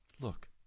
look